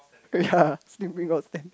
ya sleeping while stand